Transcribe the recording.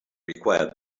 required